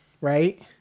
right